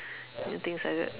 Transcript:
and things like that